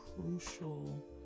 crucial